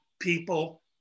people